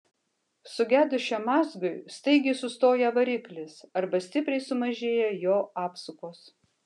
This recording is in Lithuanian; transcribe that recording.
sugedus šiam mazgui staigiai sustoja variklis arba stipriai sumažėja jo apsukos